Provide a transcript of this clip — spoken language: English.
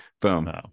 boom